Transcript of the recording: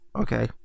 Okay